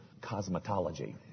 cosmetology